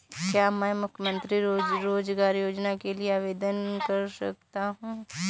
क्या मैं मुख्यमंत्री रोज़गार योजना के लिए आवेदन कर सकता हूँ?